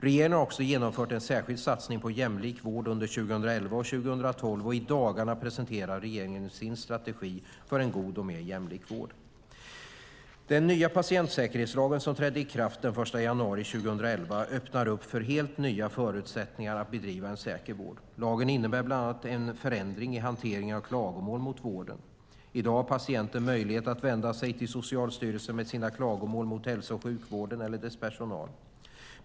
Regeringen har också genomfört en särskild satsning på jämlik vård under 2011 och 2012, och i dagarna presenterar regeringen sin strategi för en god och mer jämlik vård. Den nya patientsäkerhetslagen som trädde i kraft den 1 januari 2011 öppnar upp för helt nya förutsättningar att bedriva en säker vård. Lagen innebär bland annat en förändring i hanteringen av klagomål mot vården. I dag har patienter möjlighet att vända sig till Socialstyrelsen med sina klagomål mot hälso och sjukvården eller dess personal.